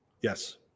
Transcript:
Yes